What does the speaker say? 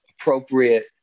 appropriate